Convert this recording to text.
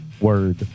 word